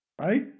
Right